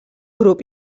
grup